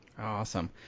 awesome